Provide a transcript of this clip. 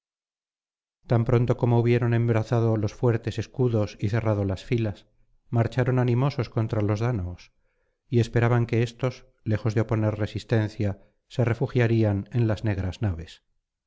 tan pronto como hubieron embrazado los fuertes escudos y cerrado las filas marcharon animosos contra los dáñaos y esperaban que éstos lejos de oponer resistencia se refugiarían en las negras naves